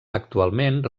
actualment